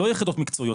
לא יחידות מקצועיות,